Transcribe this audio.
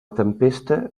tempesta